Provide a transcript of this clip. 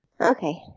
Okay